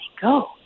go